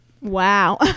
Wow